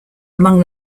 among